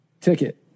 ticket